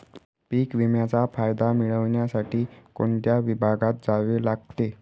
पीक विम्याचा फायदा मिळविण्यासाठी कोणत्या विभागात जावे लागते?